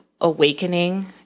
awakening